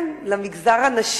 כן, למגזר הנשי,